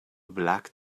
black